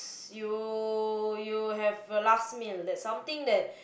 you you have a last meal that something that